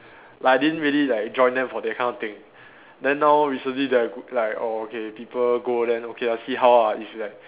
like I didn't really like join them for that kind of thing then now recently then I like oh okay people go then okay ah see how ah if like